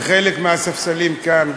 וחלק מהספסלים כאן,